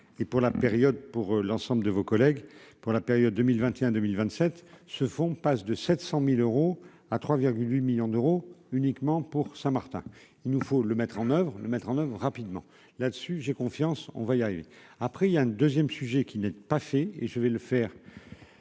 pour l'ensemble de vos collègues pour la période 2021 2027 ce fonds passe de 700000 euros à 3 8 millions d'euros uniquement pour ça, Martin, il nous faut le mettre en oeuvre le mettre en oeuvre rapidement là-dessus, j'ai confiance, on va y arriver, après il y a un 2ème, sujet qui n'est pas fait et je vais le faire